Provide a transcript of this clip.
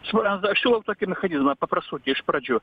suprantat aš siūlau tokį mechanizmą paprastutį iš pradžių